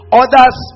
others